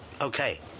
Okay